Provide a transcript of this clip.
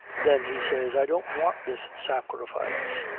then he says, i don't want this sacrifice.